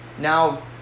now